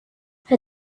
her